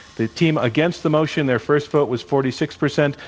the team against the motion, their first vote was forty six percent.